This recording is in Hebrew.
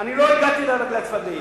אני לא הגעתי לצפרדעים.